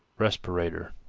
respirator,